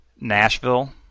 Nashville